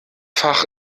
fach